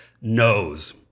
knows